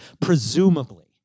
presumably